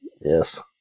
Yes